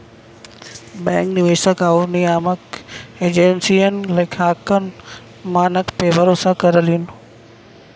bank निवेशक आउर नियामक एजेंसियन लेखांकन मानक पे भरोसा करलीन